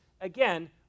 again